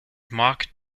mock